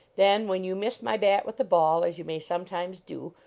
then when you miss my bat with the ball, as you may sometimes do,